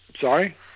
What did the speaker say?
Sorry